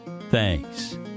Thanks